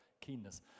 keenness